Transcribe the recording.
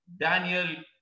Daniel